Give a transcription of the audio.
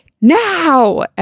now